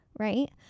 Right